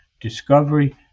discovery